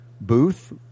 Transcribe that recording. booth